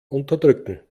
unterdrücken